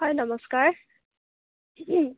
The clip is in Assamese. হয় নমস্কাৰ